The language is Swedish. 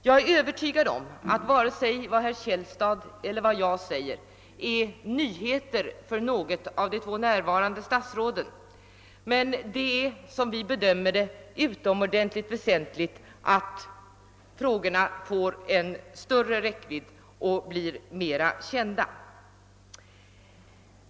Jag är Övertygad om att varken det herr Källstad sade eller det jag kommer att säga är nyheter för något av de två närvarande statsråden, men det är, som vi bedömer det, utomordentligt väsentligt att frågorna får en större räckvidd och blir mera kända.